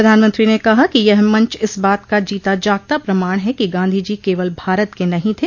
प्रधानमंत्री ने कहा कि यह मंच इस बात का जीता जागता प्रमाण है कि गांधीजी केवल भारत के नहीं थे